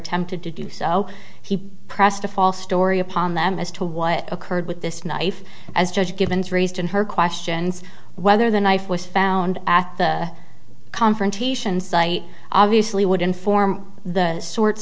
attempted to do so he pressed a false story upon them as to what occurred with this knife as judge givens raised in her questions whether the knife was found at the confrontation site obviously would inform the sorts